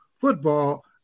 football